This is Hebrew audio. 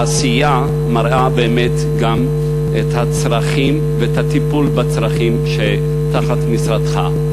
העשייה מראה באמת גם את הצרכים ואת הטיפול בצרכים שתחת משרדך.